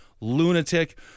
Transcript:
lunatic